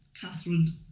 Catherine